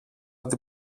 την